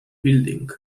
building